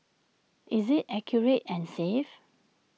is IT accurate and safe